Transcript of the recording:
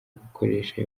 gukoresha